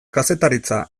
kazetaritza